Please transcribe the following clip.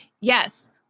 yes